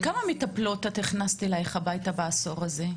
כמה מטפלות את הכנסת אלייך הביתה בעשור הזה?